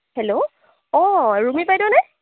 hello